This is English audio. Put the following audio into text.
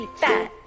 fat